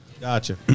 Gotcha